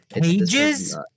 Cages